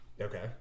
okay